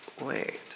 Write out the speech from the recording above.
Wait